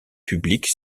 publique